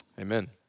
Amen